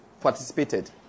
participated